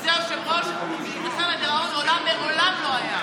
כזה יושב-ראש שייזכר לדיראון עולם מעולם לא היה.